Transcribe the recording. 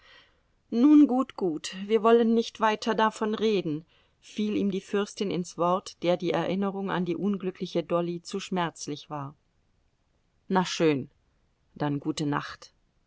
nun gut gut wir wollen nicht weiter davon reden fiel ihm die fürstin ins wort der die erinnerung an die unglückliche dolly zu schmerzlich war na schön dann gute nacht